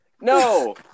No